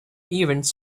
events